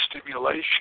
stimulation